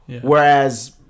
whereas